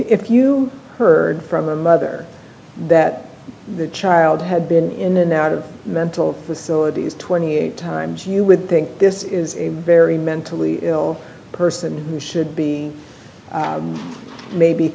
if you heard from a mother that the child had been in and out of mental facilities twenty eight times you would think this is a very mentally ill person who should be maybe